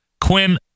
Quinn